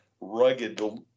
rugged